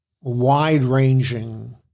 wide-ranging